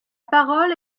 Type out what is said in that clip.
parole